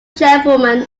chairwoman